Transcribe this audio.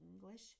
English